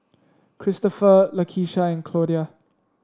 Kristoffer Lakesha and Claudia